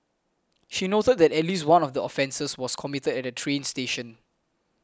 she noted that at least one of the offences was committed at a train station